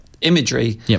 imagery